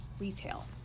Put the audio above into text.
retail